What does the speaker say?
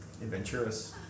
Adventurous